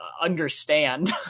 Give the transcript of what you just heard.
understand